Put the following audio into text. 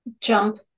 jump